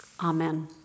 Amen